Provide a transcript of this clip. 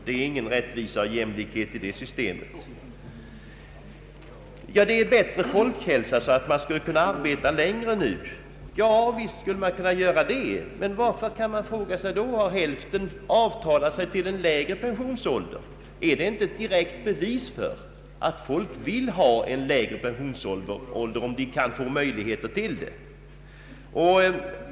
Det är alltså ingen rättvisa och jämlikhet i detta system. Det sägs, att vi nu har bättre folkhälsa så att man skulle kunna arbeta längre. Ja, visst skulle man kunna göra det, men frågan är då: varför har hälften avtalat sig till en lägre pensionsålder? Är inte detta ett direkt bevis för att folk vill ha en lägre pensionsålder, om de kan få möjlighet därtill?